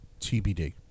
TBD